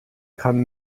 kann